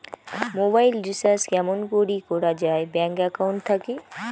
Mobile recharge কেমন করি করা যায় ব্যাংক একাউন্ট থাকি?